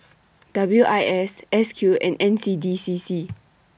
W I S S Q and N C D C C